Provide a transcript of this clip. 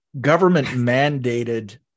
government-mandated